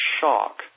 shock